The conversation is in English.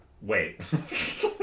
Wait